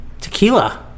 Tequila